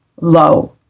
low